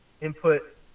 input